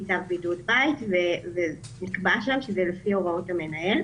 צו בידוד בית ונקבע שם שזה לפי הוראות המנהל.